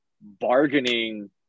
bargaining